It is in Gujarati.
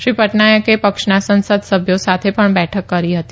શ્રી પટનાયકે પક્ષના સંસદસભ્યો સાથે પણ બેઠક કરી હતી